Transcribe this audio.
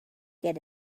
get